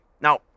Now